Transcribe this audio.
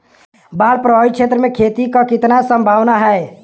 बाढ़ प्रभावित क्षेत्र में खेती क कितना सम्भावना हैं?